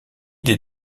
des